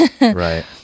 right